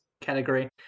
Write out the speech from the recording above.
category